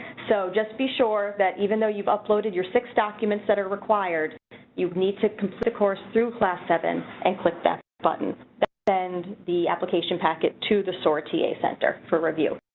so just be sure that even though you've uploaded your six documents that are required you need to consider course through class seven and click that button and the application packet to the sortie a center for review.